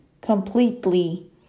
completely